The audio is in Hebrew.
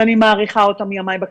שאני מעריכה אותה מימיי בכנסת,